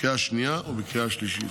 בקריאה השנייה ובקריאה השלישית.